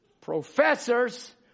professors